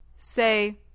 Say